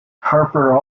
harper